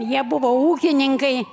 jie buvo ūkininkai